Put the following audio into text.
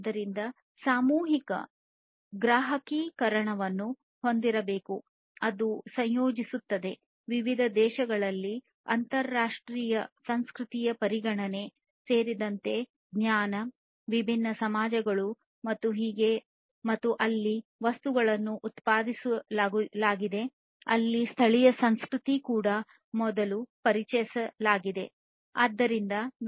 ಆದ್ದರಿಂದ ವಿವಿಧ ದೇಶಗಳಲ್ಲಿ ಅಂತರರಾಷ್ಟ್ರೀಯ ಸಂಸ್ಕೃತಿಯ ಪರಿಗಣನೆ ಸೇರಿದಂತೆ ಜ್ಞಾನ ವಿಭಿನ್ನ ಸಮಾಜಗಳು ಮತ್ತು ಎಲ್ಲಿ ವಸ್ತುಗಳ ಉತ್ಪಾದನೆಅಲ್ಲಿ ಸ್ಥಳೀಯ ಸಂಸ್ಕೃತಿಯ ಪರಿಚಯ ಹೀಗೆ ಸಾಮೂಹಿಕ ಗ್ರಾಹಕೀಕರಣವನ್ನು ಹೊಂದಿರಬೇಕು